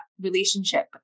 relationship